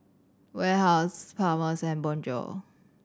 Warehouse Palmer's and Bonjour